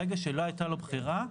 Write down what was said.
ברגע שלא הייתה לו בחירה,